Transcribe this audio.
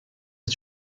est